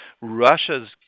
Russia's